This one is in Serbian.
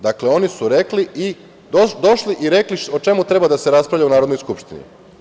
Dakle, oni su rekli i došli i rekli o čemu treba da se raspravlja u Narodnoj skupštini.